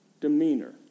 demeanor